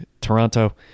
toronto